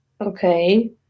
Okay